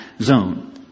zone